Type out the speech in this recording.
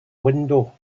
window